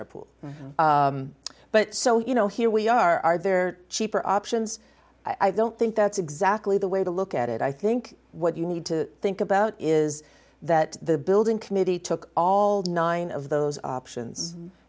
pool but so you know here we are there cheaper options i don't think that's exactly the way to look at it i think what you need to think about is that the building committee took all nine of those options